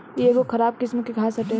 इ एगो खराब किस्म के घास हटे